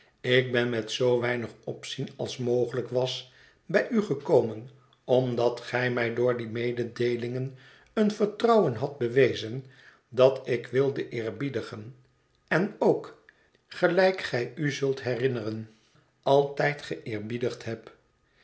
ik ben met zoo weinig opzien als mogelijk was bij u gekomen omdat gij mij door die mededeelingen een vertrouwen hadt bewezen dat ik wilde eerbiedigen en ook gelijk gij u zult herinneren altijd geëerbiedigd heb